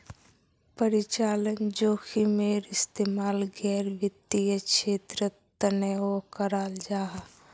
परिचालन जोखिमेर इस्तेमाल गैर वित्तिय क्षेत्रेर तनेओ कराल जाहा